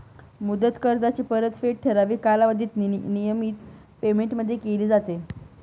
मुदत कर्जाची परतफेड ठराविक कालावधीत नियमित पेमेंटमध्ये केली जाते